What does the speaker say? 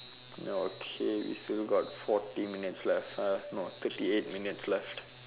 now okay we still got forty minutes left uh no thirty eight minutes left